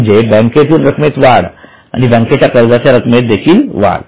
म्हणजे बँकेतील रकमेत वाढ आणि बँकेच्या कर्जाच्या रकमेत देखील वाढ